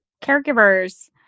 Caregivers